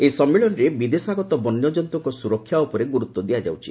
ଏହି ସମ୍ମିଳନୀରେ ବିଦେଶାଗତ ବନ୍ୟଜନ୍ତୁଙ୍କ ସୁରକ୍ଷା ଉପରେ ଗୁରୁତ୍ୱ ଦିଆଯାଉଛି